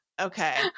okay